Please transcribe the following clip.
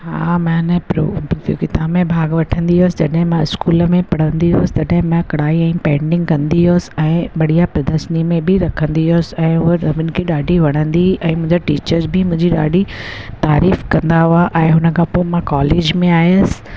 हा मैने प्रो प्रतियोगिता में भाग वठंदी हुअसि जॾहिं मां स्कूल में पढ़ंदी हुअसि तॾहिं मां कढ़ाई ऐं पेंटिंग कंदी हुअसि ऐं बढ़िया प्रदर्शनी में बि रखंदी हुअसि ऐं उहा सभिनि खे ॾाढी वणंदी हुई ऐं मुंहिंजा टीचर्स बि मुंहिंजी ॾाढी तारीफ़ु कंदा हुआ ऐं हुन खां पोइ मां कॉलेज में आई हुअसि